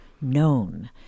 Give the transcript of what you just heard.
known